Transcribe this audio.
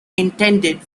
intended